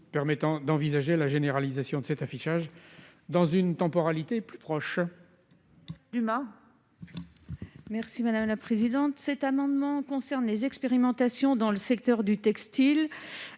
permettant d'envisager la généralisation de cet affichage dans une temporalité plus proche.